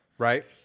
Right